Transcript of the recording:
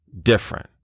different